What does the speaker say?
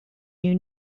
new